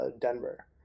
Denver